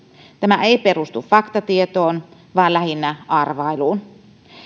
tämä ei perustu faktatietoon vaan lähinnä arvailuun